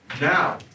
Now